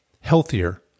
healthier